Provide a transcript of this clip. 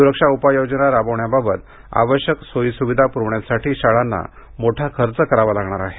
सुरक्षा उपाययोजना राबवण्याबाबत आवश्यक सोयी सुविधा पुरविण्यासाठी शाळांना मोठा खर्च करावा लागणार आहे